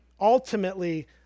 ultimately